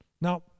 Now